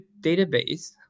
database